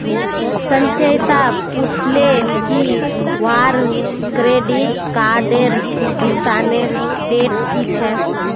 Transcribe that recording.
संचिता पूछले की वहार क्रेडिट कार्डेर भुगतानेर डेट की छेक